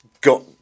got